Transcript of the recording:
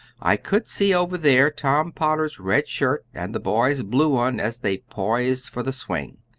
i could see over there tom potter's red shirt and the boy's blue one as they poised for the swing.